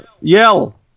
Yell